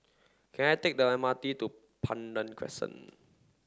can I take the M R T to Pandan Crescent